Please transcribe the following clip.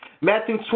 Matthew